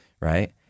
right